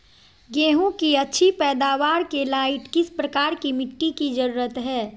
गेंहू की अच्छी पैदाबार के लाइट किस प्रकार की मिटटी की जरुरत है?